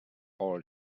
all